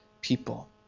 people